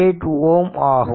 8 Ω ஆகும்